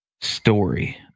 story